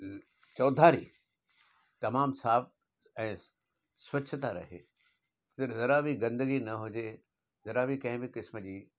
चौधारी तमामु साफ़ु ऐं स्वछता रहे फिर ज़रा बि गंदगी न हुजे ज़रा बि कंहिं बि क़िस्म जी